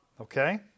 Okay